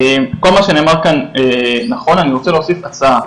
כל מה שנאמר כאן נכון, אני רוצה להוסיף הצעה.